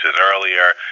earlier